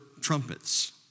trumpets